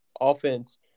offense